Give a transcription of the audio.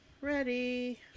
ready